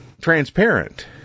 transparent